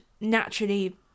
naturally